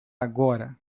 agora